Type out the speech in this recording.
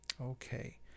Okay